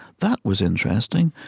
that was interesting,